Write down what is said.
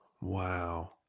wow